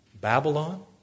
Babylon